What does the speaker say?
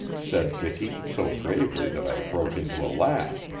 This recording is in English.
said dicky, so gravely that i broke into a laugh.